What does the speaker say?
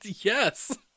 Yes